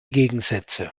gegensätze